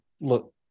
look